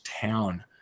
town